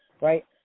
right